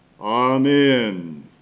amen